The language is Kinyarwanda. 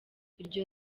iryo